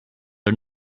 are